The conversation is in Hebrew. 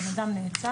הבן אדם נעצר.